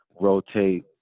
rotate